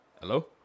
hello